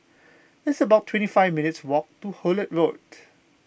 it's about twenty five minutes' walk to Hullet Road